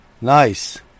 Nice